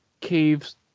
caves